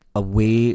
away